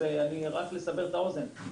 רק לסבר את האוזן,